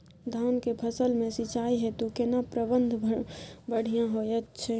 धान के फसल में सिंचाई हेतु केना प्रबंध बढ़िया होयत छै?